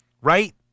right